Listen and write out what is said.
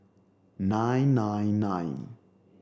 nine nine nine